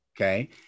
Okay